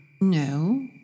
No